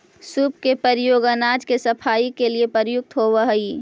सूप के प्रयोग अनाज के सफाई के लिए प्रयुक्त होवऽ हई